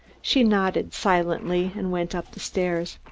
she nodded silently and went up the stairs.